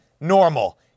normal